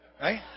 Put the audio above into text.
Right